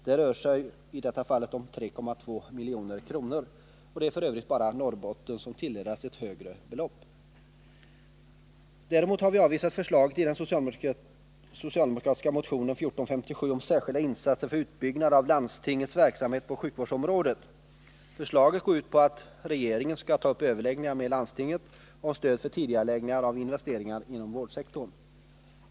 Det rör sig i detta fall om 3,2 milj.kr., och det är f. ö. bara Norrbotten som tilldelats ett högre belopp. Däremot har vi avvisat förslaget i den socialdemokratiska motionen 1457 om särskilda insatser för utbyggnad av landstingets verksamhet på sjukvårdsområdet. Förslaget går ut på att regeringen skall ta upp överläggningar med landstinget om stöd för tidigareläggningar av investeringar inom vårdsektorn.